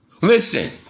Listen